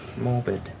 Morbid